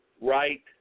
right